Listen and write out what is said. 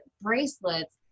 bracelets